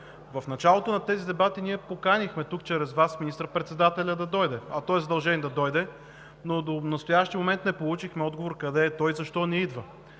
В началото на тези дебати ние поканихме тук, чрез Вас, да дойде министър-председателят. Той е задължен да дойде, но до настоящия момент не получихме отговор къде е и защо не идва.